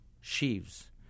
sheaves